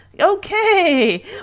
okay